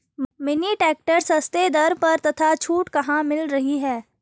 Mini tractor सस्ते दर पर तथा छूट कहाँ मिल रही है?